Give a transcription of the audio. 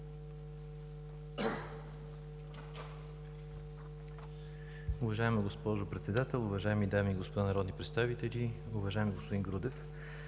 Уважаема госпожо Председател, уважаеми дами и господа народни представители, уважаема госпожо Янкова!